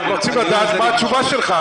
אז הם רוצים לדעת מה התשובה שלך.